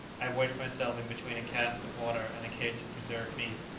i wedged myself in between a cask of water and a case of preserved meat,